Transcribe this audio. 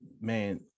man